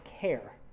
care